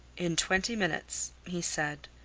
in twenty minutes, he said.